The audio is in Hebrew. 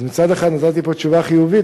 אז מצד אחד נתתי פה תשובה חיובית,